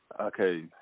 Okay